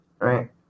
right